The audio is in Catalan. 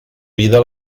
vida